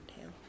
tail